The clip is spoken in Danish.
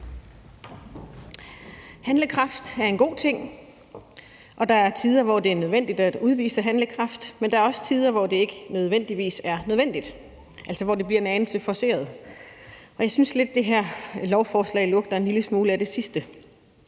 Handlekraft er en god ting, og der er tider, hvor det nødvendigt at udvise handlekraft, men der er også tider, hvor det ikke nødvendigvis er nødvendigt, altså hvor det bliver en anelse forceret. Jeg synes lidt, at det her lovforslag lugter en lille smule af det sidste.